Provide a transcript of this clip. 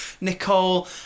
Nicole